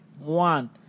One